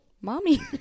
mommy